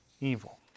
evil